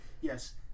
Yes